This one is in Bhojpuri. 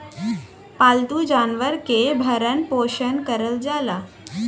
पालतू जानवरन के भरण पोसन करल जाला